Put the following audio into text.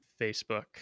facebook